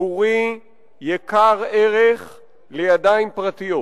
ציבורי יקר ערך לידיים פרטיות.